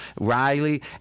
Riley